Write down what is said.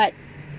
but